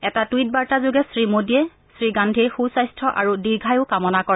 এটা টুইট বাৰ্তাযোগে শ্ৰীমোডীয়ে শ্ৰীগান্ধীৰ সু স্বাস্থ্য আৰু দীৰ্ঘায়ু কামনা কৰে